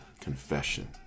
Confession